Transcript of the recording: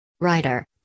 Writer